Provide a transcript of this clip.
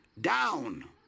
down